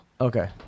Okay